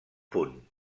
punt